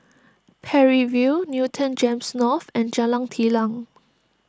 Parry View Newton Gems North and Jalan Telang